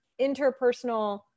interpersonal